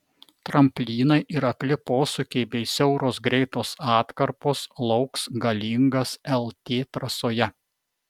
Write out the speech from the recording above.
tramplynai ir akli posūkiai bei siauros greitos atkarpos lauks galingas lt trasoje